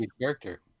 character